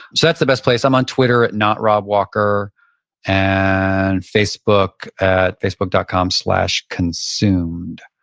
so that's the best place. i'm on twitter at notrobwalker and facebook at facebook dot com slash consumed.